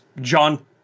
John